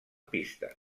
pista